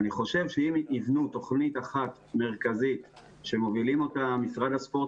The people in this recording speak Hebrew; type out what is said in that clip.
אני חושב שאם יבנו תכנית אחת מרכזית שמובילים אותה משרד הספורט,